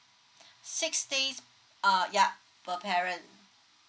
six days ah yup per parent